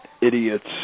idiots